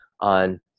on